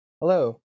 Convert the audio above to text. Hello